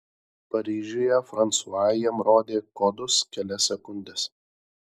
paryžiuje fransua jam rodė kodus kelias sekundes